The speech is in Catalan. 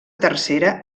tercera